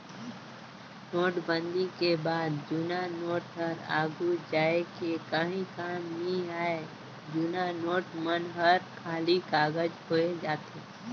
नोटबंदी के बाद जुन्ना नोट हर आघु जाए के काहीं काम नी आए जुनहा नोट मन हर खाली कागज होए जाथे